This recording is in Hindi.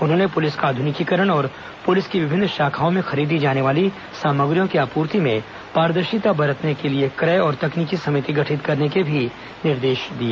उन्होंने पुलिस का आध्निकीकरण और पुलिस की विभिन्न शाखाओं में खरीदी जाने वाली सामाग्रियों की आपूर्ति में पारदर्शिता बरतने के लिए क्रय और तकनीकी समिति गठित करने के भी निर्देश दिए